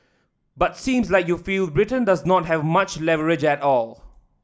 but seems like you feel Britain does not have much leverage at all